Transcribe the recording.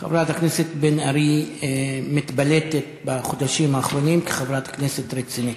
חברת הכנסת בן ארי מתבלטת בחודשים האחרונים כחברת כנסת רצינית.